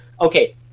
Okay